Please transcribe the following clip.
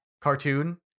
cartoon